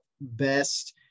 best